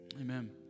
Amen